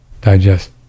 Digest